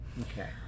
Okay